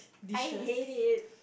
I hate it